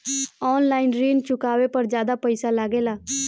आन line ऋण चुकावे पर ज्यादा पईसा लगेला?